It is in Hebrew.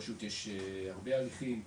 ברשות יש הרבה הליכים,